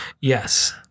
yes